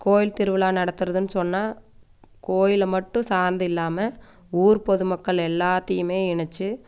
கோயில் திருவிழா நடத்துறதுன்னு சொன்னால் கோயிலில் மட்டும் சார்ந்து இல்லாமல் ஊர் பொதுமக்கள் எல்லாத்தையும் இணைச்சி